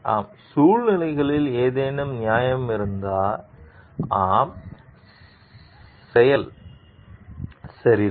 ஆம் சூழ்நிலைகளில் ஏதேனும் நியாயம் இருந்ததா ஆம் செயல் சரிதான்